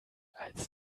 als